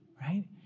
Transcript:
right